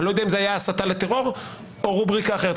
אני לא יודע אם זה היה הסתה לטרור או רובריקה אחרת.